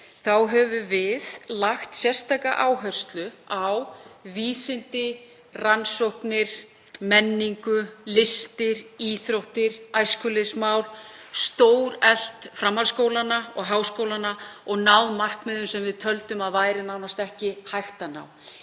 höfum við lagt sérstaka áherslu á vísindi, rannsóknir, menningu, listir, íþróttir, æskulýðsmál, stóreflt framhaldsskólana og háskólana og náð markmiðum sem við töldum að væri nánast ekki hægt að ná.